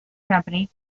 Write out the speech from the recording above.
company